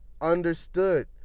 understood